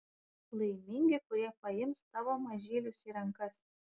laimingi kurie paims tavo mažylius į rankas